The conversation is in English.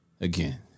again